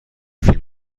فیلم